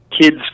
kids